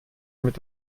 mit